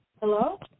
Hello